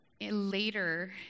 Later